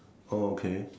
oh okay